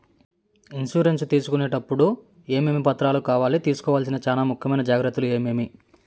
Insurance తీసుకునేటప్పుడు టప్పుడు ఏమేమి పత్రాలు కావాలి? తీసుకోవాల్సిన చానా ముఖ్యమైన జాగ్రత్తలు ఏమేమి?